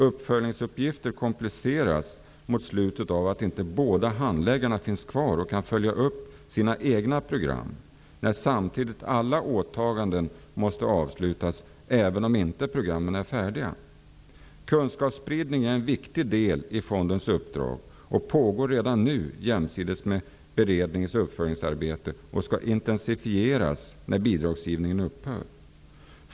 Uppföljningsuppgifter kompliceras mot slutet av att inte båda handläggarna finns kvar och kan följa upp ''sina egna' program när samtidigt alla åtaganden måste avslutas, även om inte programmen är färdiga. * Kunskapsspridning är en viktig del i fondens uppdrag och pågår redan nu jämsides med berednings och uppföljningsarbetet och ska intensifieras när bidragsgivningen upphör.